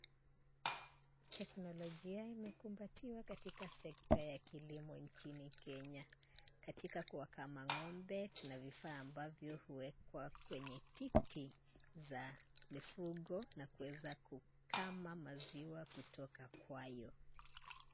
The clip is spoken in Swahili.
Teknolojia imekumbatiwa katika sekta ya kilimo nchini Kenya. Katika kuwakama ng'ombe, tuna vifaa ambavyo huwekwa kwenye titi za mifugo, na kuweza kukama maziwa kutoka kwayo.